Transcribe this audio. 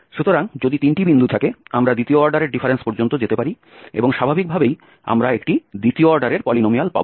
সুতরাং যদি 3টি বিন্দু থাকে আমরা দ্বিতীয় অর্ডারের ডিফারেন্স পর্যন্ত যেতে পারি এবং স্বাভাবিকভাবেই আমরা একটি দ্বিতীয় অর্ডারের পলিনোমিয়াল পাব